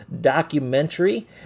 documentary